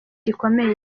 gikomeye